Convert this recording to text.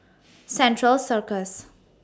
Central Circus